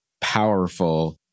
powerful